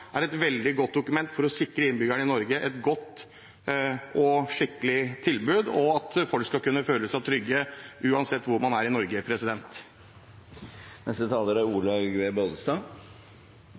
er et veldig godt dokument for å sikre innbyggerne i Norge et godt og skikkelig tilbud, slik at folk skal kunne føle seg trygge uansett hvor de er i Norge.